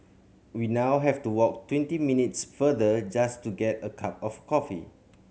we now have to walk twenty minutes farther just to get a cup of coffee